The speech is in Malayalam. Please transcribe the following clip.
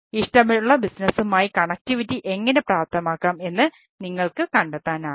ഇഷ്ടമുള്ള ബിസിനസ്സുമായി എങ്ങനെ പ്രാപ്തമാക്കാം എന്ന് നിങ്ങൾക്ക് കണ്ടെത്താനാകും